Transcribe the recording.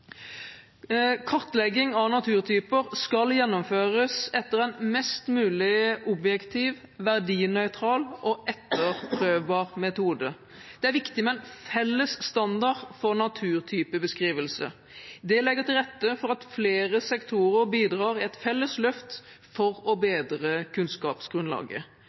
Kartlegging av naturtyper skal gjennomføres etter en mest mulig objektiv, verdinøytral og etterprøvbar metode. Det er viktig med en felles standard for naturtypebeskrivelse. Det legger til rette for at flere sektorer bidrar i et felles løft for å bedre kunnskapsgrunnlaget.